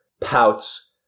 pouts